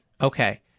Okay